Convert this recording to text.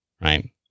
right